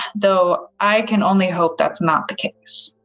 though i can only hope that's not the case.